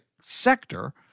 sector